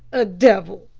a devil!